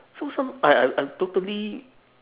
so some I I I totally